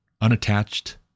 unattached